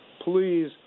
please